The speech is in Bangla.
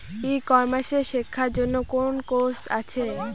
ই কমার্স শেক্ষার জন্য কোন কোর্স আছে?